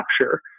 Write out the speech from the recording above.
capture